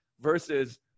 Versus